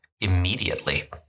immediately